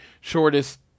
Shortest